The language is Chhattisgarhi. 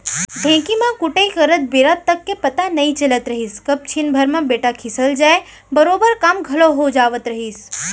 ढेंकी म कुटई करत बेरा तक के पता नइ चलत रहिस कब छिन भर म बेटा खिसल जाय बरोबर काम घलौ हो जावत रहिस